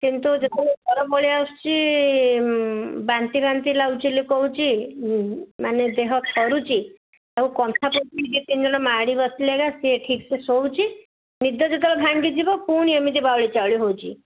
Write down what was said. କିନ୍ତୁ ଯେତେବେଳେ ଜର ପଳାଇ ଆସୁଛି ବାନ୍ତି ବାନ୍ତି ଲାଗୁଛି ବୋଲି କହୁଛି ମାନେ ଦେହ ଥରୁଛି ତା'କୁ କନ୍ଥା ପକାଇକି ଦି ତିନି ଜଣ ମାଡ଼ି ବସିଲେ ଏକା ସିଏ ଠିକ୍ ସେ ଶୋଉଛି ନିଦ ଯେତେବେଳେ ଭାଙ୍ଗିଯିବ ପୁଣି ଏମିତି ବାଉଳି ଚାଉଳି ହେଉଛି